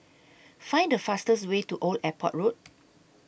Find The fastest Way to Old Airport Road